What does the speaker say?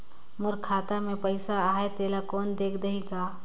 मोर खाता मे पइसा आहाय तेला कोन देख देही गा?